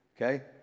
okay